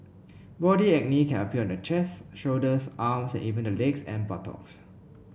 body acne can appear on the chest shoulders arms and even the legs and buttocks